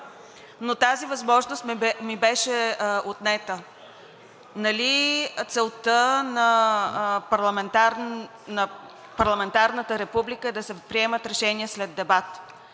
но тази възможност ми беше отнета. Нали целта на парламентарната република е да се приемат решения след дебат?